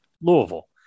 Louisville